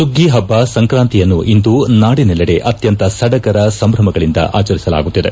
ಸುಗ್ಗಿ ಹಬ್ಬ ಸಂಕ್ರಾಂತಿಯನ್ನು ಇಂದು ನಾಡಿನೆಲ್ಲೆಡೆ ಅತ್ಯಂತ ಸಡಗರ ಸಂಭ್ರಮಗಳಿಂದ ಆಚರಿಸಲಾಗುತ್ತಿದೆ